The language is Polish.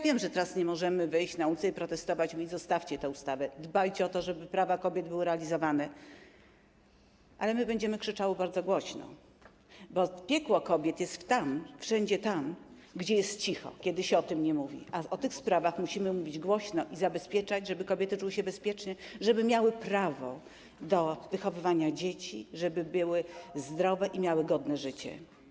Wiem, że teraz nie możemy wyjść na ulice i protestować, mówić: zostawcie tę ustawę, dbajcie o to, żeby prawa kobiet były realizowane, ale my będziemy krzyczały bardzo głośno, bo piekło kobiet jest wszędzie tam, gdzie jest cicho, gdy się o tym nie mówi, a o tych sprawach musimy mówić głośno i zabezpieczać, żeby kobiety czuły się bezpiecznie, żeby miały prawo do wychowywania dzieci, żeby były zdrowe i miały godne życie.